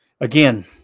again